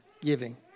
giving